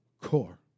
core